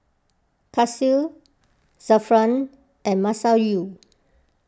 Kasih Zafran and Masayu